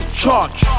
charge